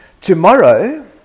Tomorrow